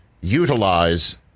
utilize